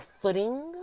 footing